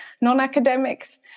non-academics